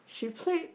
she played